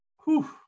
Whew